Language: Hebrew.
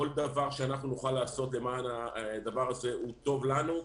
כל דבר שנוכל לעשות למען זה הוא טוב לנו,